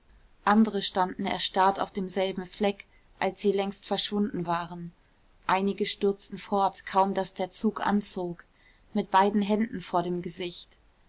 andere standen erstarrt auf demselben fleck als sie längst verschwunden waren einige stürzten fort kaum daß der zug anzog mit beiden händen vor dem gesicht